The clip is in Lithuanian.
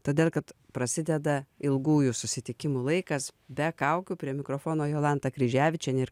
todėl kad prasideda ilgųjų susitikimų laikas be kaukių prie mikrofono jolanta kryževičienė ir